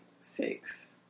six